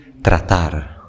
tratar